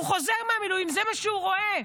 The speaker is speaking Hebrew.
הוא חוזר מהמילואים, וזה מה שהוא רואה.